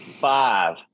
five